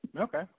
Okay